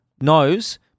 knows